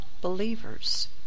believers